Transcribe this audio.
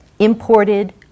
imported